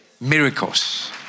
miracles